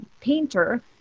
painter